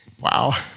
Wow